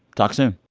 talk soon